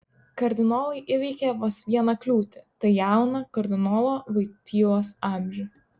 kardinolai įveikė vos vieną kliūtį tai jauną kardinolo voitylos amžių